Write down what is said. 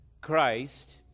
Christ